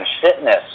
fitness